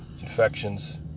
infections